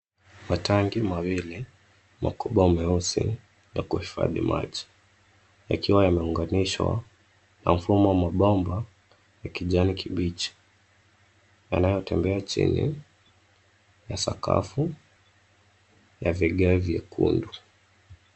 Matangi mawili makubwa meusi ya kuhifadhi maji, yakiwa yameunganishwa na mfumo wa mabomba ya kijani kibichi. Yanayotembea chini ya sakafu ya vigae vyekundu.